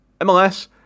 MLS